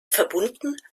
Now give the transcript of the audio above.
verbunden